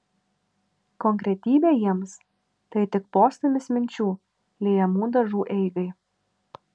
konkretybė jiems tai tik postūmis minčių liejamų dažų eigai